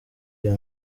iyo